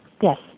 Yes